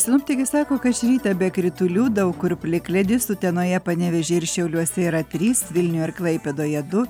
sinoptikai sako kad ryte be kritulių daug kur plikledis utenoje panevėžyje ir šiauliuose yra trys vilniuje ir klaipėdoje du